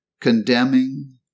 condemning